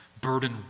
burden